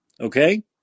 Okay